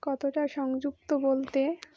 কতটা সংযুক্ত বলতে